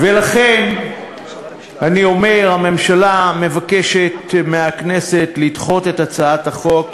ולכן אני אומר: הממשלה מבקשת מהכנסת לדחות את הצעת החוק.